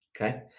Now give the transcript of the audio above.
okay